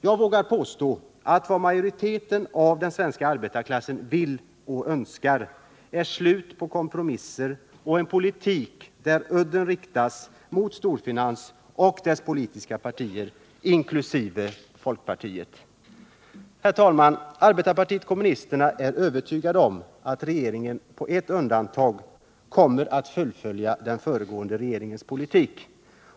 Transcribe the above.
Jag vågar påstå att vad majoriteten av den svenska arbetarklassen vill och önskar är ett slut på kompromisser och en politik med udden riktad mot storfinansen och dess politiska partier — inkl. folkpartiet. Herr talman! Arbetarpartiet kommunisterna är övertygat om att regeringen Ullsten på ett undantag när kommer att fullfölja den föregående regeringens politik.